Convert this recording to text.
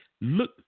Look